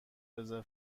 رزرو